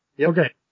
Okay